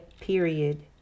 period